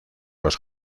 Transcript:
los